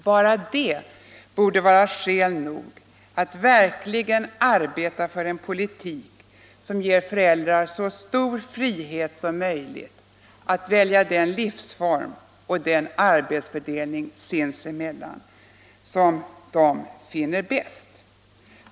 Bara det borde vara skäl nog att verkligen arbeta för en politik som ger föräldrarna så stor frihet som möjligt att välja den livsform och den arbetsfördelning sinsemellan som de finner bäst.